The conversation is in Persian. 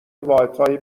واحدهای